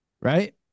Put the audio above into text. right